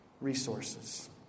resources